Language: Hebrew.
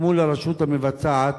מול הרשות המבצעת,